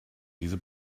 diese